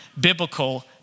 biblical